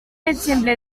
exemple